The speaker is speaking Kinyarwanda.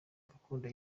gakondo